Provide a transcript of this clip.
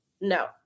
No